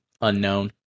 unknown